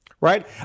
Right